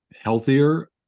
healthier